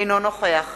אינו נוכח